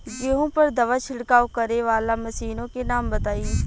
गेहूँ पर दवा छिड़काव करेवाला मशीनों के नाम बताई?